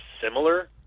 similar